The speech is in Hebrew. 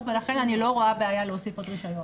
ולכן אני לא רואה בעיה להוסיף עוד רישיון.